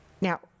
Now